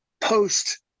post